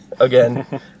again